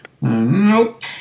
Nope